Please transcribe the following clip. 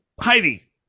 Heidi